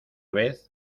vez